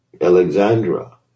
Alexandra